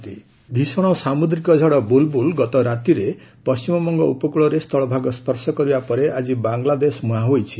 cyclone Bulbul ଭୀଷଣ ସାମୁଦ୍ରିକ ଝଡ଼ ବୁଲବୁଲ ଗତ ରାତିରେ ପଶ୍ଚିମବଙ୍ଗ ଉପକୃଳରେ ସ୍ଥଳଭାଗ ସ୍ୱର୍ଶ କରିବା ପରେ ଆଜି ବାଂଲାଦେଶ ମୁହାଁ ହୋଇଛି